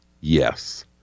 Yes